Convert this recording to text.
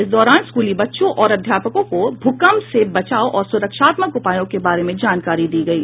इस दौरान स्कूली बच्चो और अध्यापकों को भूकंप से बचाव और सुरक्षात्मक उपायों के बारे में जानकारी दी गयी